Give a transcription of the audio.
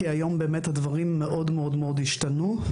כי מאז הדברים מאוד מאוד השתנו.